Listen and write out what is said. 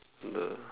the